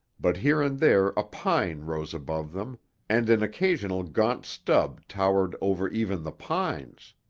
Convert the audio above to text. but here and there a pine rose above them and an occasional gaunt stub towered over even the pines.